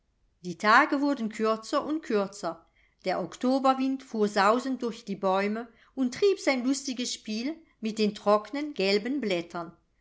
die tage wurden kürzer und kürzer der oktoberwind fuhr sausend durch die bäume und trieb sein lustiges spiel mit den trocknen gelben blättern